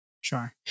Sure